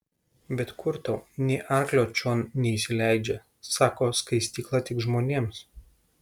bet kur tau nė arklio čion neįsileidžia sako skaistykla tik žmonėms